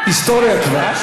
אנחנו, היסטוריה כבר.